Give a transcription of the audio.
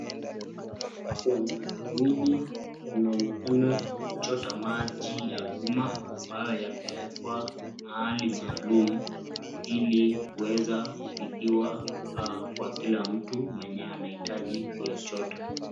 Wanawake wawili wanaonekana kuchota maji ya umma ambayo yameekwa mahali maalum ili kuweza kupigiwa kwa kila mtu mwenye anaitaji kuyachota.